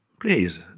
please